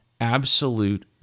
absolute